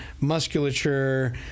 musculature